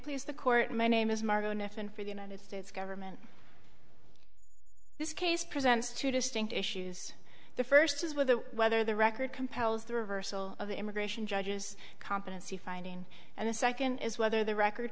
please the court my name is margo and if and for the united states government this case presents two distinct issues the first is with whether the record compels the reversal of immigration judges competency finding and the second is whether the record